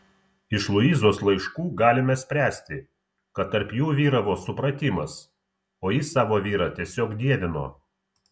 iš luizos laiškų galime spręsti kad tarp jų vyravo supratimas o ji savo vyrą tiesiog dievino